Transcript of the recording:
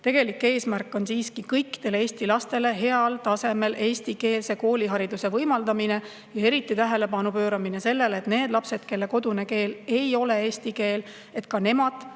Tegelik eesmärk on siiski kõikidele Eesti lastele heal tasemel eestikeelse koolihariduse võimaldamine ja eriti tähelepanu pööramine sellele, et ka need lapsed, kelle kodune keel ei ole eesti keel, saaksid